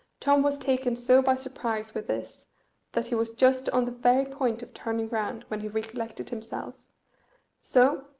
tom was taken so by surprise with this that he was just on the very point of turning round when he recollected himself so,